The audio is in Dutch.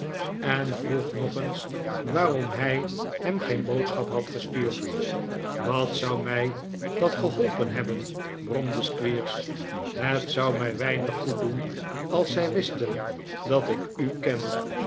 en vroeg nog eens waarom hij hem geen boodschap had gestuurd wat zou mij dat geholpen hebben bromde squeers het zou mij weinig goed doen als zij wisten dat ik u ken